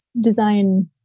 design